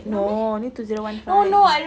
no ini two zero one five